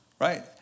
right